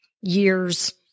years